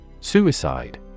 Suicide